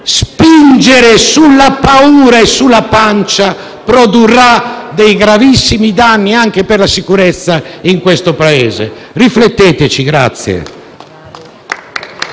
Spingere sulla paura e sulla pancia produrrà gravissimi danni anche per la sicurezza in questo Paese. Rifletteteci.